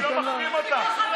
אני לא מחרים אותך.